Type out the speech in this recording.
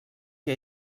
que